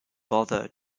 bother